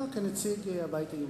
לא, כנציג הבית היהודי.